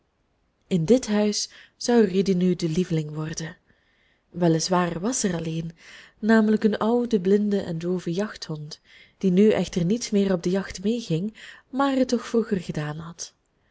in dit huis zou rudy nu de lieveling worden wel is waar was er al een namelijk een oude blinde en doove jachthond die nu echter niet meer op de jacht meeging maar het toch vroeger gedaan had